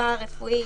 פרא-רפואי,